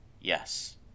Yes